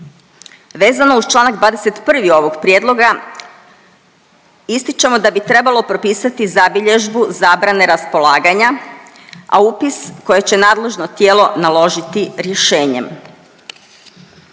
Vezano uz Članak 21. ovog prijedloga ističemo da bi trebalo propisati zabilježbu zabrane raspolaganja, a upis koje će nadležno tijelo naložiti rješenjem.